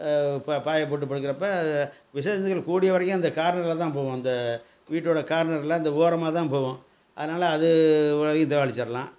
ப பாயை போட்டு படுக்கிறப்ப விஷ ஜந்துக்கள் கூடிய வரைக்கும் அந்த கார்னரில் தான் போகும் அந்த வீட்டோடய கார்னரில் அந்த ஓரமாக தான் போகும் அதனாலே அது ஓரளவுக்கு இதாக அடிச்சுர்லாம்